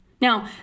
Now